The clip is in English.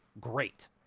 great